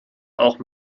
auch